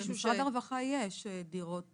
במשרד הרווחה יש דירות